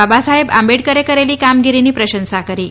બાબાસાહેબ આંબેડકરે કરેલી કામગીરીની પ્રશંસા કરી હતી